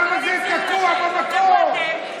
למה זה תקוע במקום?